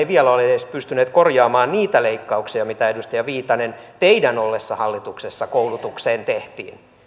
vielä ole edes pystyneet korjaamaan niitä leikkauksia mitä edustaja viitanen teidän ollessanne hallituksessa koulutukseen tehtiin